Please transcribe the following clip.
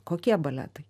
kokie baletai